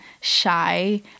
shy